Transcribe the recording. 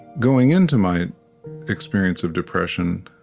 going into my experience of depression,